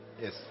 Yes